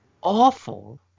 awful